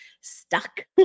stuck